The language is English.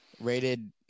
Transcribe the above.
rated